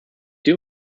they